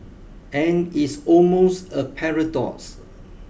and it's almost a paradox